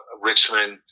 Richmond